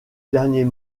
dernier